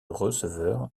receveur